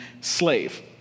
slave